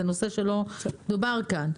זה נושא שלא דובר כאן.